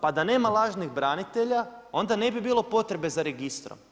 Pa da nema lažnih branitelja onda ne bi bilo potrebe za registrom.